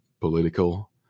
political